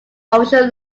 official